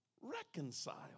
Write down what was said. reconcile